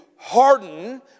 harden